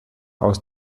aus